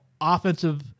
offensive